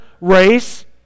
race